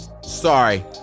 sorry